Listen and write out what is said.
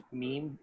meme